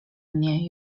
mnie